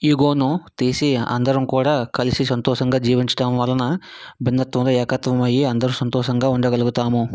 ఈగోను తీసి అందరం కూడా కలిసి సంతోషంగా జీవించటం వలన భిన్నత్వంలో ఏకత్వం అయ్యి అందరు సంతోషంగా ఉండగలుగుతాము